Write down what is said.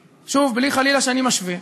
שוב, בלי חלילה שאני משווה,